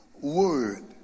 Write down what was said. word